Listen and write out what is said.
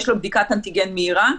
יש לו בדיקת אנטיגן מהירה,